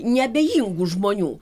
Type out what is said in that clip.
neabejingų žmonių